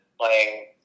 playing